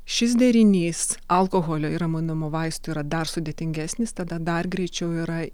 šis derinys alkoholio ir raminamo vaistų yra dar sudėtingesnis tada dar greičiau yra